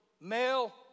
male